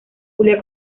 julia